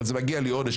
אבל זה מגיע לי עונש,